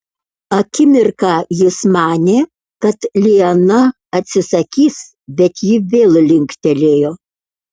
akimirką jis manė kad liana atsisakys bet ji vėl linktelėjo